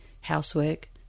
housework